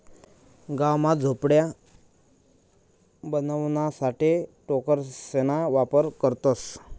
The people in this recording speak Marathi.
गाव मा झोपड्या बनवाणासाठे टोकरेसना वापर करतसं